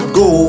go